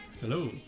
Hello